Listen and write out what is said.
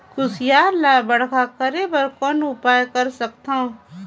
कुसियार ल बड़खा करे बर कौन उपाय कर सकथव?